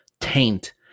taint